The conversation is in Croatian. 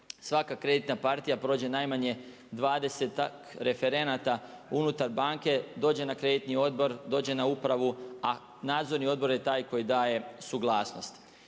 svaka kreditna partija prođe najmanje 20-tak referenata unutar banke, dođe na kreditni odbor, dođe na upravu, a Nadzorni odbor je taj koji daje suglasnost.